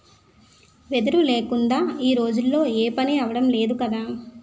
వెదురు లేకుందా ఈ రోజుల్లో ఏపనీ అవడం లేదు కదా